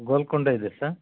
ಗೋಲ್ಕೊಂಡ ಇದೆಯಾ ಸರ್